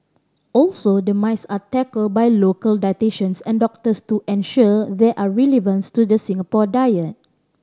also the myths are tackled by local dietitians and doctors to ensure they are relevance to the Singapore diet